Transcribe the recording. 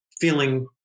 feeling